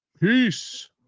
Peace